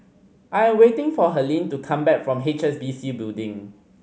I am waiting for Helene to come back from H S B C Building